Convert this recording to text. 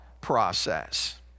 process